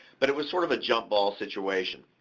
but it was sort of a jump ball situation.